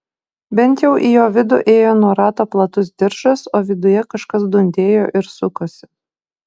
bent jau į jo vidų ėjo nuo rato platus diržas o viduje kažkas dundėjo ir sukosi